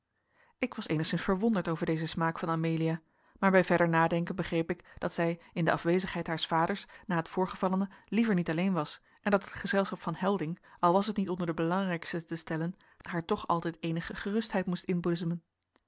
ik was eenigszins verwonderd over dezen smaak van amelia maar bij verder nadenken begreep ik dat zij in de afwezigheid haars vaders na het voorgevallene liever niet alleen was en dat het gezelschap van helding al was het niet onder de belangrijkste te stellen haar toch altijd eenige gerustheid moest inboezemen